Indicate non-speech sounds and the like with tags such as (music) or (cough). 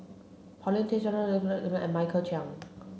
Paulin Tay (unintelligible) and Michael Chiang